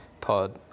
Pod